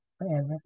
forever